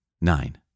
Nine